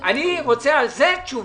אני רוצה על זה תשובה.